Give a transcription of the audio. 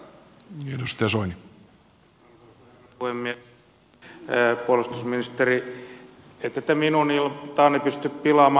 puolustusministeri ette te minun iltaani pysty pilaamaan